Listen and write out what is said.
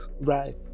Right